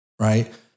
right